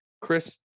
Chris